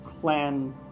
clan